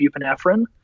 buprenorphine